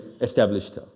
established